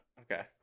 Okay